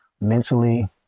mentally